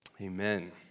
Amen